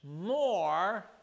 more